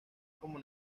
como